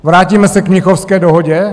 Vrátíme se k Mnichovské dohodě?